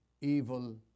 evil